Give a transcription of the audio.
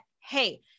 hey